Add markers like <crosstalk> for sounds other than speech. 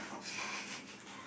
<breath>